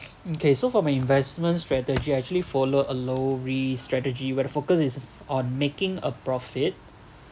okay so for my investment strategy I actually follow a low-risk strategy where the focus is on making a profit